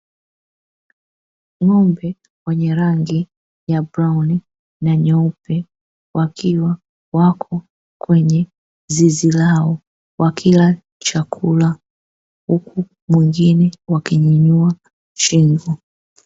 Ng'ombe wenye rangi ya kahawia na nyeupe wakiwa kwenye zizi lao, wakila chakula huku wengine wakinyanyua shingo.